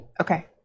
Okay